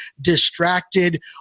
distracted